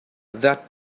that